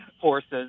forces